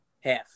Half